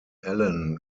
allen